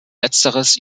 letzteres